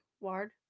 Ward